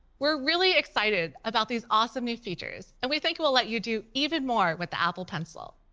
we're really excited about these awesome new features. and we think it will let you do even more with the apple pencil.